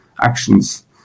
actions